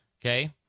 okay